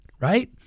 right